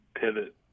pivot